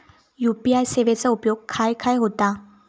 UPI सेवेचा उपयोग खाय खाय होता?